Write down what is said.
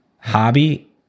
Hobby